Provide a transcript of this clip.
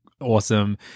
awesome